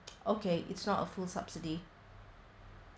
okay it's not a full subsidy